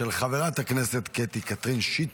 של חברת הכנסת קטי קטרין שטרית.